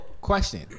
question